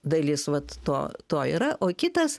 dalis vat to to yra o kitas